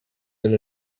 than